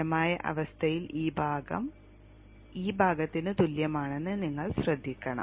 സ്ഥിരമായ അവസ്ഥയിൽ ഈ ഭാഗം ഈ ഭാഗത്തിന് തുല്യമാണെന്ന് നിങ്ങൾ ശ്രദ്ധിക്കണം